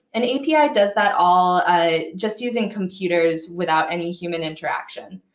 an api does that all ah just using computers without any human interaction.